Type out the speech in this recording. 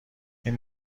این